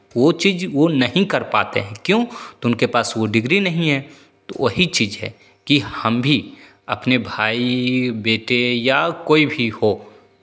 वो चीज़ वो नहीं कर पाते है क्यों तो उनके पास वो डिग्री नहीं है वही चीज़ है कि हम भी अपने भाई बेटे या कोई भी हो